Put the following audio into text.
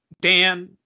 Dan